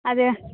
அது